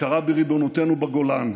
הכרה בריבונותנו בגולן,